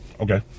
Okay